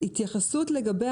ולכן אלפיים מתוכן,